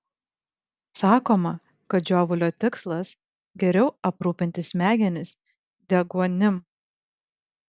sakoma kad žiovulio tikslas geriau aprūpinti smegenis deguonim